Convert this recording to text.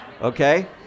Okay